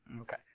Okay